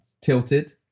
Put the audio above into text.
tilted